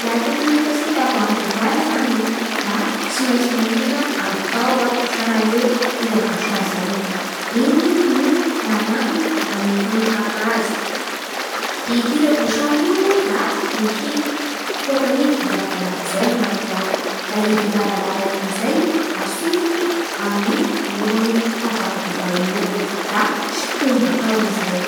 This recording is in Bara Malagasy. Laha te hanokatsy tavoahangy dovay zany e da tsy maintsy mila an'ny fitaova tsaray hoe tirà bousson izay. Igny no manampy amin'ny fanokafa azy. I tire à bousson io da misy hôkany vy lavalava zay agnatiny ao, da i vy lavalava igny amin'izay atsofoky amin'ny lohan'ny tavoahangy dovay igny eo da sintomy baka ao amin'izay.